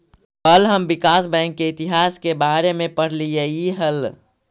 कल हम विकास बैंक के इतिहास के बारे में पढ़लियई हल